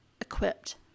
equipped